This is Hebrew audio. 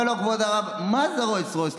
אומר לו כבוד הרב: מה זה רולס רויס?